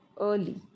early